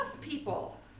people